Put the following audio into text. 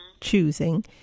choosing